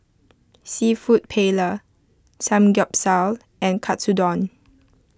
Seafood Paella Samgeyopsal and Katsudon